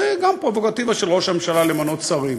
זו גם פררוגטיבה של ראש הממשלה למנות שרים.